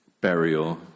burial